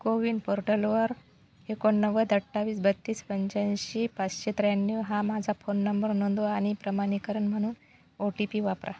कोविन पोर्टलवर एकोणनव्वद अठ्ठावीस बत्तीस पंच्याऐंशी पाचशे त्र्याण्णव हा माझा फोन नंबर नोंदवा आणि प्रमाणीकरण म्हणून ओ टी पी वापरा